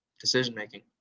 decision-making